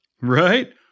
right